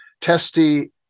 testy